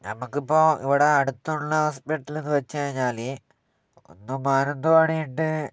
നമുക്കിപ്പോൾ ഇവിടെ അടുത്തുള്ള ഹോസ്പിറ്റലെന്ന് വച്ചു കഴിഞ്ഞാൽ ഒന്ന് മാനന്തവാടിയുണ്ട്